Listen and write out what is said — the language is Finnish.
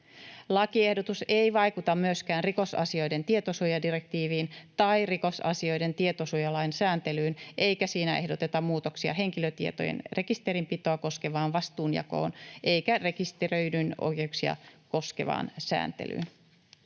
Lakiehdotus ei vaikuta myöskään rikosasioiden tietosuojadirektiiviin tai rikosasioiden tietosuojalain sääntelyyn, eikä siinä ehdoteta muutoksia henkilötietojen rekisterinpitoa koskevaan vastuunjakoon eikä rekisteröidyn oikeuksia koskevaan sääntelyyn.